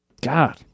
God